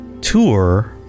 Tour